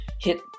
hit